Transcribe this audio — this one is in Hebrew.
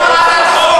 לא קראת את החוק.